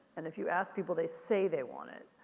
and if you ask people, they say they want it.